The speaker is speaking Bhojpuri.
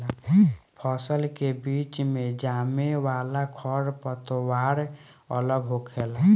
फसल के बीच मे जामे वाला खर पतवार अलग होखेला